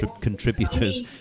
contributors